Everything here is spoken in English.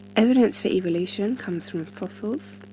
evidence for evolution comes from fossils.